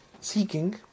seeking